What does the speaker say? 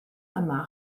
yma